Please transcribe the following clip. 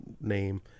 name